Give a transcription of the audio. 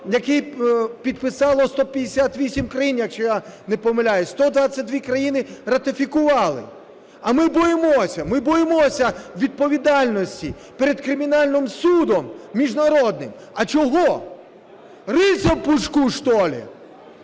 Який підписало 158 країн, якщо я не помиляюсь, 122 країни ратифікували. А ми боїмося, ми боїмося відповідальності перед Кримінальним судом міжнародним. А чого? Рильце в пушку, что ли?